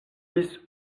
bis